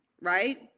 right